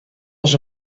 als